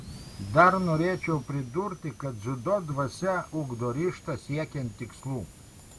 dar norėčiau pridurti kad dziudo dvasia ugdo ryžtą siekiant tikslų